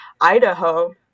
idaho